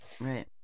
Right